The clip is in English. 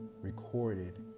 recorded